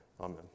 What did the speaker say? Amen